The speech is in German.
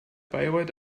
bayreuth